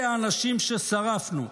אלה האנשים ששרפנו.